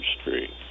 Street